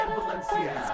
Valencia